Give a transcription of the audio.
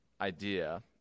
idea